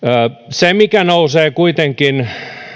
se mikä nousee kuitenkin esille